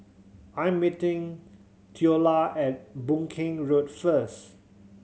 I'm meeting Theola at Boon Keng Road first